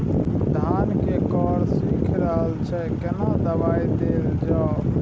धान के कॉर सुइख रहल छैय केना दवाई देल जाऊ?